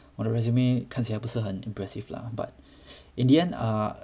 我的 resume 看起来不是很 impressive lah but in the end err